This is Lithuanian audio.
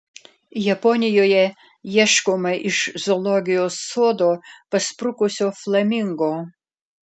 japonijoje ieškoma iš zoologijos sodo pasprukusio flamingo